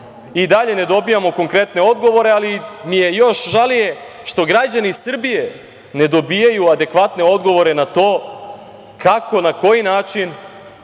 i dalje ne dobijamo konkretne odgovore, ali mi je još žalije što građani Srbije ne dobijaju adekvatne odgovore na to kako i na koji način